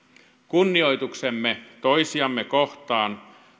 kunnioituksemme toisiamme kohtaan